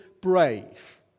brave